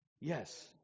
yes